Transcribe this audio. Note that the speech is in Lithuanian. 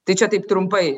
tai čia taip trumpai